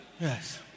Yes